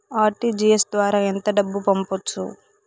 RTGS ద్వారా ఎంత డబ్బు పంపొచ్చు?